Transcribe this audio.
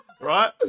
Right